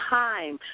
time